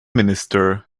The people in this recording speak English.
minister